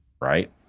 right